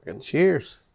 Cheers